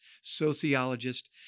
sociologist